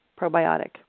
probiotic